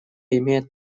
имеет